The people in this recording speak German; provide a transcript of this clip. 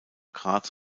graz